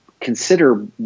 Consider